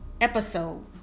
episode